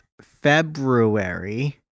February